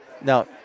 Now